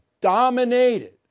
dominated